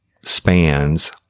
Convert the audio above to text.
spans